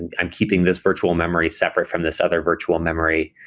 and i'm keeping this virtual memory separate from this other virtual memory.